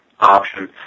Option